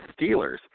Steelers